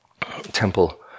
Temple